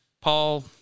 Paul